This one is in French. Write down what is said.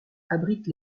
abrite